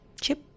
chip